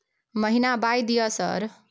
महीना बाय दिय सर?